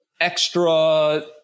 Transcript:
extra